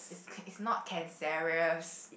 it's c~ it's not cancerous